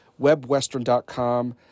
webwestern.com